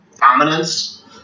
dominance